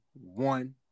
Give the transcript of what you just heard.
one